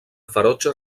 ferotge